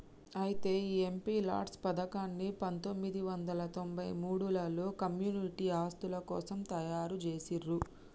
అయితే ఈ MP lads పథకాన్ని పందొమ్మిది వందల తొంభై మూడులలో కమ్యూనిటీ ఆస్తుల కోసం తయారు జేసిర్రు